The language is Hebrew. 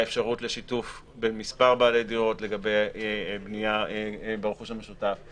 האפשרות לשיתוף בין כמה בעלי דירות לגבי בנייה ברכוש המשותף,